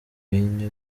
robinho